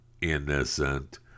innocent